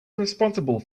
responsible